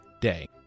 day